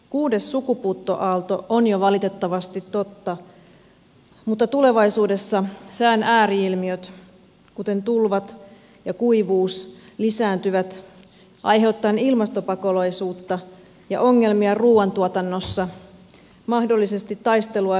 kuudes sukupuuttoaalto on jo valitettavasti totta mutta tulevaisuudessa sään ääri ilmiöt kuten tulvat ja kuivuus lisääntyvät aiheuttaen ilmastopakolaisuutta ja ongelmia ruuantuotannossa mahdollisesti taistelua vedestä